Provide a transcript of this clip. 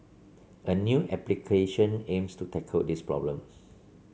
a new application aims to tackle this problem